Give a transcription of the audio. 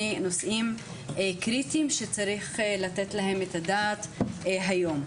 נושאים קריטיים שצריך לתת עליהם את הדעת היום.